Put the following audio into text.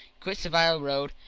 quit saville row,